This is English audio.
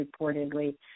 reportedly